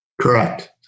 Correct